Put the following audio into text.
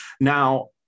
now